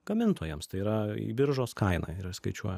gamintojams tai yra į biržos kainą yra skaičiuojama